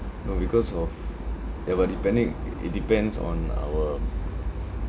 no because of ya but depending i~ it depends on our